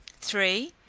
three.